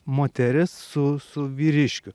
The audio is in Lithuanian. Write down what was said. moteris su su vyriškiu